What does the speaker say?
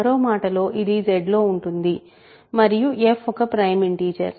మరో మాటలో ఇది Z లో ఉంటుంది మరియు f ఒక ప్రైమ్ ఇంటిజర్